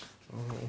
alright